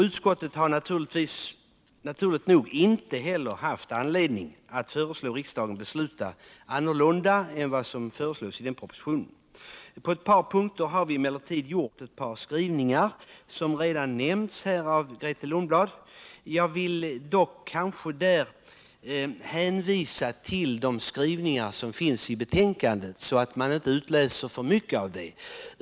Utskottet har naturligt nog inte heller haft anledning att föreslå riksdagen besluta annorlunda än vad som föreslås i denna proposition. På ett par punkter har vi emellertid gjort ett par skrivningar, som redan nämnts här av Grethe Lundblad. Jag vill dock hänvisa till de skrivningar som finns i betänkandet, så att man inte läser ut för mycket av detta.